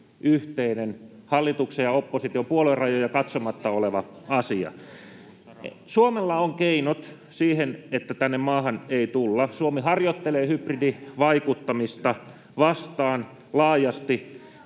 aina hallituksen ja opposition yhteinen asia, puoluerajoja katsomatta. Suomella on keinot siihen, että tänne maahan ei tulla. Suomi harjoittelee hybridivaikuttamista vastaan laajasti,